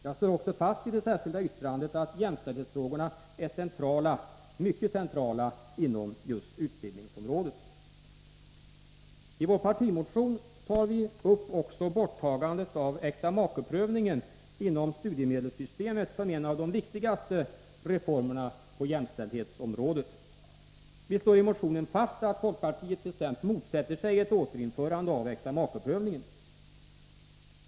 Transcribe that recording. Jag slår i det särskilda yrkandet fast att jämställdhetsfrågorna är centrala inom just utbildningsområdet. I vår partimotion tog vi upp frågan om borttagandet av äktamakeprövningen inom studiemedelssystemet som en av de viktigaste reformerna på jämställdhetsområdet. Vi slår i motionen fast att folkpartiet bestämt motsätter sig ett återinförande av äktamakeprövningen.